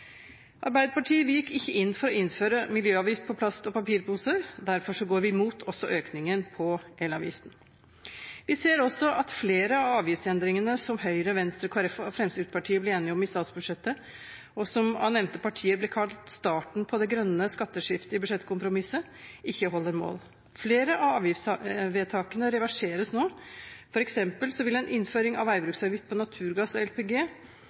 Arbeiderpartiet gikk ikke inn for å innføre miljøavgift på plast- og papirposer. Derfor går vi imot økningen på elavgiften. Vi ser også at flere av avgiftsendringene som Høyre, Venstre, Kristelig Folkeparti og Fremskrittspartiet ble enige om i statsbudsjettet, og som av nevnte partier ble kalt «starten på det grønne skatteskiftet i budsjettkompromisset», ikke holder mål. Flere av avgiftsvedtakene reverseres nå. For eksempel vil innføring av veibruksavgift på naturgass og LPG